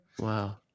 Wow